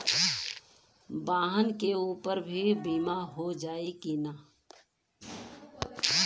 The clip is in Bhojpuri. वाहन के ऊपर भी बीमा हो जाई की ना?